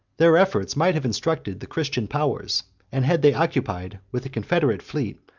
their efforts might have instructed the christian powers and had they occupied, with a confederate fleet,